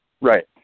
Right